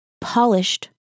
polished